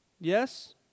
Yes